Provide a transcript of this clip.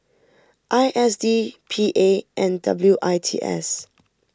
I S D P A and W I T S